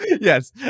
Yes